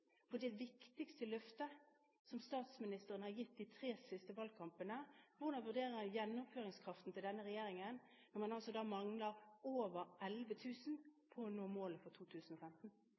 viktigste løftet som statsministeren har gitt de tre siste valgkampene. Hvordan vurderer han gjennomføringskraften til denne regjeringen når man altså mangler over 11 000 plasser på å nå målet for 2015?